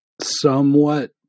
somewhat